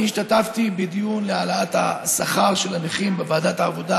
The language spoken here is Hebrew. אני השתתפתי בדיון להעלאת השכר של הנכים בוועדת העבודה,